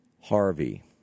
Harvey